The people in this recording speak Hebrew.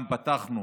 פתחנו